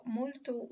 molto